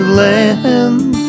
land